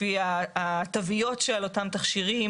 לפי התוויות שעל אותם תכשירים.